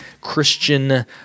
Christian